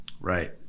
right